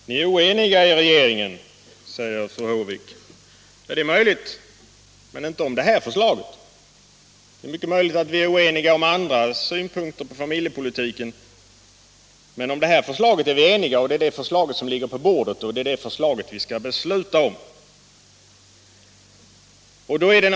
Herr talman! Ni är oeniga inom regeringspartierna, säger fru Håvik. Det är möjligt, men inte om det här förslaget. Vi kan ha olika uppfattningar när det gäller andra områden av familjepolitiken, men om det förslag som nu ligger på bordet och som vi skall besluta om är vi eniga.